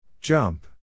Jump